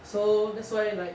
so that's why like